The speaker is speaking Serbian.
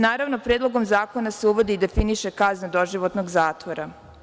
Naravno, Predlogom zakona se uvodi i definiše kazna doživotnog zatvora.